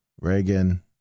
Reagan